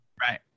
right